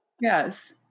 Yes